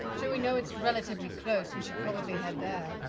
so we know it's relatively close, we should probably head there.